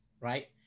right